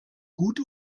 gut